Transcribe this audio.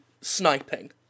sniping